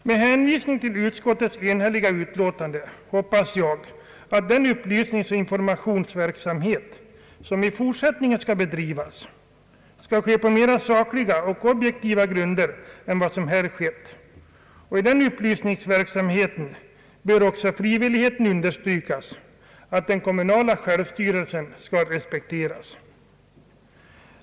Med hänvisning till utskottets enhälliga utlåtande hoppas jag att den upplysningsoch informationsverksamhet, som i fortsättningen skall bedrivas, kommer att ske på mer sakliga och objektiva grunder än som här varit fallet. I den upplysningsverksamheten bör också frivilligheten understrykas — att den kommunala självstyrelsen skall respekteras.